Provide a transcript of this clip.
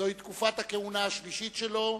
זו תקופת הכהונה השלישית שלו,